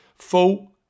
Full